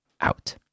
out